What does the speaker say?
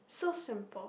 so simple